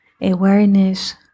Awareness